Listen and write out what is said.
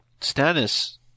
Stannis